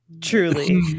truly